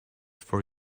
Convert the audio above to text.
for